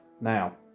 Now